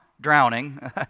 drowning